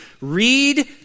Read